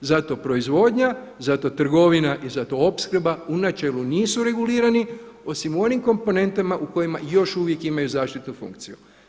Zato proizvodnja, zato trgovina i zato opskrba u načelu nisu regulirani osim u onim komponentama u kojima još uvijek imaju zaštitnu funkciju.